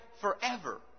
forever